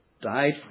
died